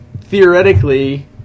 theoretically